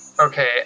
okay